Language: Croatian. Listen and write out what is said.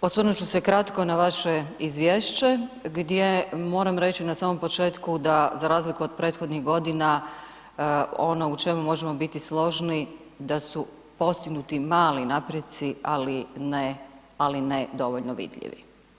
osvrnut ću se kratko na vaše izvješće gdje moram reći na samom početku da za razliku od prethodnih godina ono u čemu možemo biti složni da su postignuti mali napreci, ali ne, ali ne dovoljno vidljivi.